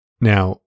Now